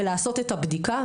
ולעשות את הבדיקה,